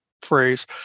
phrase